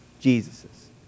Jesus's